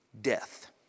death